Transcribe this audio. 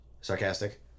Sarcastic